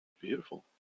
Beautiful